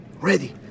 ready